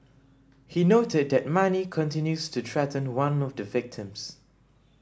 he noted that Mani continued to threaten one of the victims